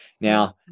Now